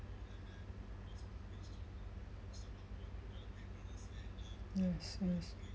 yes yes